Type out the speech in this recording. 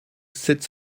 sept